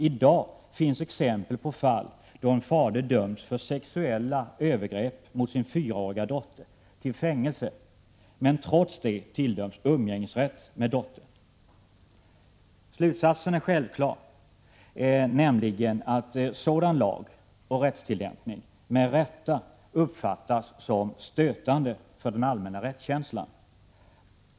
I dag finns exempel på fall då en fader dömts för sexuella övergrepp mot sin fyraåriga dotter till fängelse men trots det tilldömts umgängesrätt med dottern. Slutsatsen är självklar, nämligen att sådan lag och rättstillämpning med rätta uppfattas som stötande för den allmänna rättskänslan.